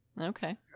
okay